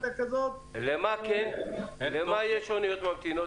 למה כן יש אוניות שממתינות?